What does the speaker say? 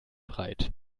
breit